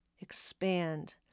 Expand